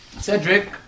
Cedric